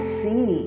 see